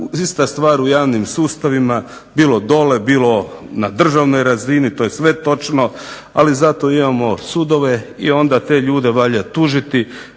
ista stvar u javnim sustavima bilo dole, bilo na državnoj razini. To je sve točno, ali zato imamo sudove i onda te ljude valja tužiti,